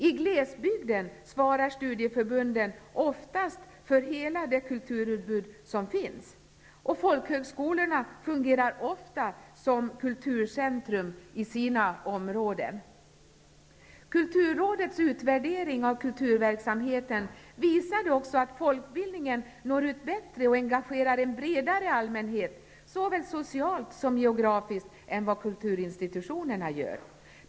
I glesbygden svarar studieförbunden oftast för hela det kulturutbud som finns, och folkhögskolorna fungerar ofta som kulturcentra i sina områden. Kulturrådets utvärdering av kulturverksamheten visade också att folkbildningen når ut bättre och engagerar en bredare allmänhet, såväl socialt som geografiskt, än vad kulturinstitutionerna gör.